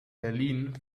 berlin